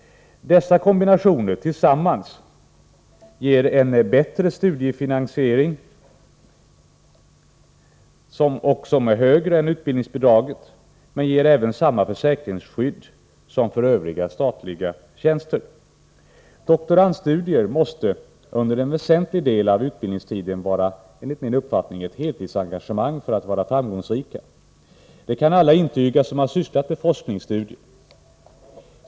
Dessa kombinationer tillsammans ger en bättre studiefinansiering — högre än utbildningsbidraget — och ger även samma försäkringsskydd som övriga statliga tjänster. Doktorandstudier måste under en väsentlig del av utbildningstiden enligt min mening vara ett heltidsengagemang för att vara framgångsrika. Det kan alla intyga som har sysslat med forskarstudier.